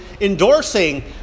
endorsing